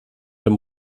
dem